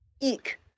eek